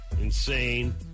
Insane